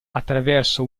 attraverso